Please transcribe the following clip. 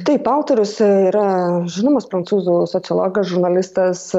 taip autorius yra žinomas prancūzų sociologas žurnalistas